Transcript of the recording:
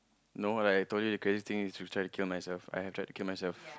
no like I told you the craziest thing is I've tried to kill myself I have tried to kill myself